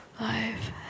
life